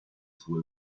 sue